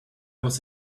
was